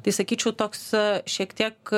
tai sakyčiau toks šiek tiek